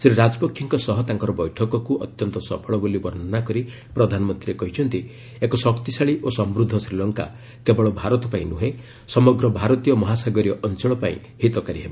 ଶ୍ରୀ ରାଜପକ୍ଷେଙ୍କ ସହ ତାଙ୍କର ବୈଠକକୁ ଅତ୍ୟନ୍ତ ସଫଳ ବୋଲି ବର୍ଷନା କରି ପ୍ରଧାନମନ୍ତ୍ରୀ କହିଛନ୍ତି ଏକ ଶକ୍ତିଶାଳୀ ଓ ସମୃଦ୍ଧ ଶ୍ରୀଲଙ୍କା କେବଳ ଭାରତ ପାଇଁ ନୁହେଁ ସମଗ୍ର ଭାରତୀୟ ମହାସାଗରୀୟ ଅଞ୍ଚଳ ପାଇଁ ହିତକାରୀ ହେବ